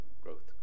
growth